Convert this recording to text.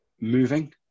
moving